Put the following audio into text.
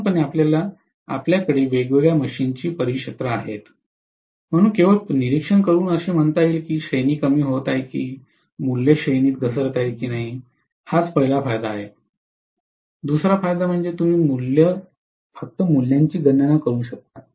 साधारणपणे आपल्याकडे वेगवेगळ्या मशीनची परिक्षेत्र आहे म्हणून केवळ निरीक्षण करून असे म्हणता येईल की श्रेणी कमी होत आहेत की मूल्ये श्रेणीत घसरत आहेत की नाही हाच पहिला फायदा आहे दुसरा फायदा म्हणजे तुम्ही फक्त मूल्यांची गणना करू शकता